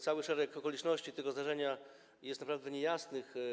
Cały szereg okoliczności tego zdarzenia jest naprawdę niejasnych.